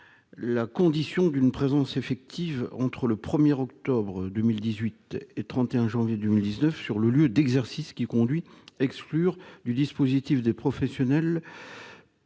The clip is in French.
La condition d'une présence effective entre le 1 octobre 2018 et le 31 janvier 2019 sur le lieu d'exercice conduit à exclure du dispositif des professionnels